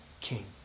King